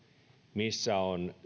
missä on